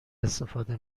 استفاده